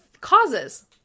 causes